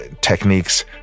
Techniques